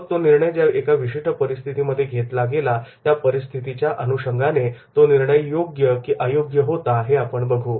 मग तो निर्णय ज्या एका विशिष्ट परिस्थितीमध्ये घेतला गेला त्या परिस्थितीच्या अनुषंगाने तो निर्णय योग्य की अयोग्य होता हे आपण बघू